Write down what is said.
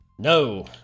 No